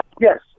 Yes